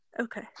Okay